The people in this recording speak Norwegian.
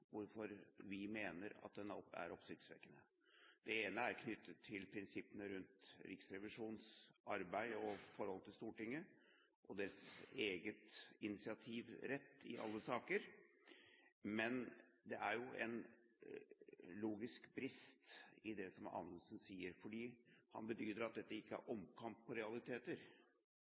hvorfor vi mener den er oppsiktsvekkende. Det ene er knyttet til prinsippene rundt Riksrevisjonens arbeid og forholdet til Stortinget, og dets initiativrett i alle saker. Men det er jo en logisk brist i det Anundsen sier, fordi han bedyrer at dette ikke er omkamp om realiteter. Hvis vi tror ham på